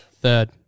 third